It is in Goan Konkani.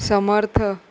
समर्थ